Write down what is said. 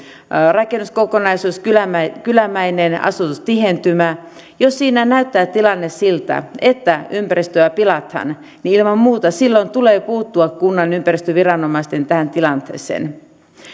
rakennuskokonaisuus kylämäinen kylämäinen asutustihentymä jos siinä näyttää tilanne siltä että ympäristöä pilataan niin ilman muuta silloin kunnan ympäristöviranomaisten tulee puuttua tähän tilanteeseen